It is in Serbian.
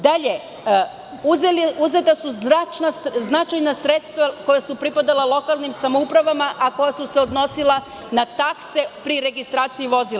Dalje, uzeta su značajna sredstva koja su pripadala lokalnim samoupravama, a koja su se odnosila na takse pri registraciji vozila.